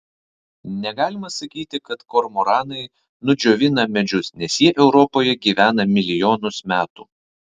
negalima sakyti kad kormoranai nudžiovina medžius nes jie europoje gyvena milijonus metų